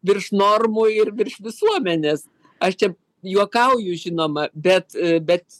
virš normų ir virš visuomenės aš čia juokauju žinoma bet bet